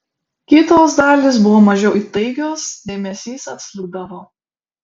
kitos dalys buvo mažiau įtaigios dėmesys atslūgdavo